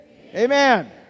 Amen